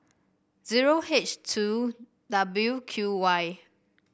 zero H two W Q Y